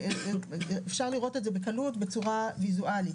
אפשר לראות את זה בקלות בצורה ויזואלית,